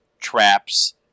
traps